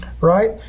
right